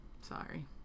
sorry